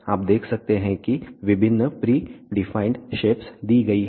आप देख सकते हैं कि विभिन्न प्री डिफाइंड शेप्स दी गई हैं